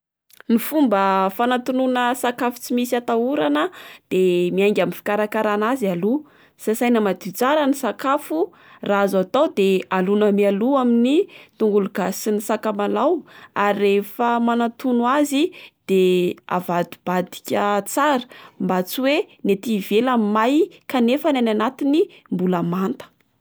Ny fomba fanatonoana sakafo tsy misy atahorana de miainga amin'ny fikarakarana azy aloha: sasaina madio tsara ny sakafo, raha azo atao de alona mialoha amin'ny tongolo gasy sy ny sakamalaho, ary rehefa manatono azy de avadibadika tsara mba tsy oe ny aty ivelany may kanefa ny any anatiny mbola manta.